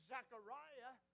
Zechariah